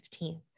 15th